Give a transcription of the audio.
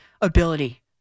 ability